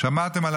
שמעתם על